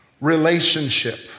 relationship